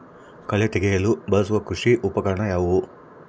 ಕಳೆ ತೆಗೆಯಲು ಬಳಸುವ ಕೃಷಿ ಉಪಕರಣ ಯಾವುದು?